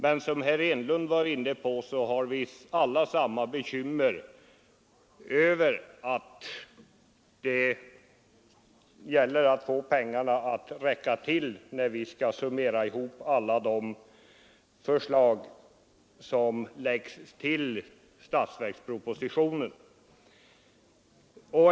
Men som herr Enlund berörde har vi alla samma bekymmer för att få pengarna att räcka till när vi skall summera ihop alla de förslag som läggs till statsverkspropositionen.